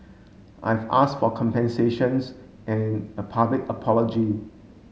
I've ask for compensations and a public apology